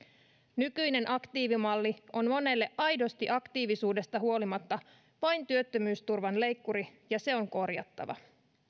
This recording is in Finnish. nykyinen aktiivimalli on monelle aidosti aktiivisuudesta huolimatta vain työttömyysturvan leikkuri ja se on korjattava